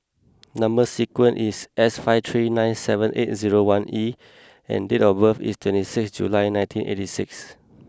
number sequence is S five three nine seven eight zero one E and date of birth is twenty six July nineteen eighty six